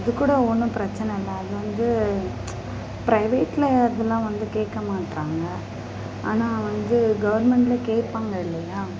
அதுக்கூட ஒன்றும் பிரச்சனை இல்லை அது வந்து ப்ரைவேட்ல இதெல்லாம் வந்து கேட்கமாட்றாங்க ஆனால் வந்து கவர்மெண்ட்ல கேட்பாங்க இல்லையா